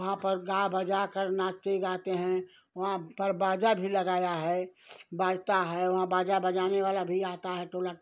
वहाँ पर गा बजाकर नाचते गाते हैं वहाँ पर बाजा भी लगाया है बाजता है वहाँ बाजा बजाने वाला भी आता है टोला